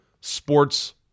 sports